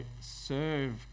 serve